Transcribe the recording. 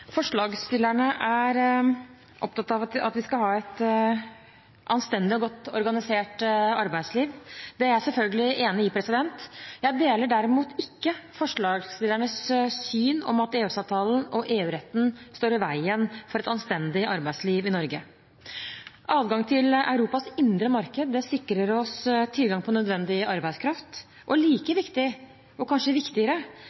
er jeg selvfølgelig enig i. Jeg deler derimot ikke forslagsstillernes syn om at EØS-avtalen og EU-retten står i veien for et anstendig arbeidsliv i Norge. Adgang til Europas indre marked sikrer oss tilgang på nødvendig arbeidskraft. Og